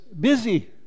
busy